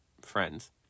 friends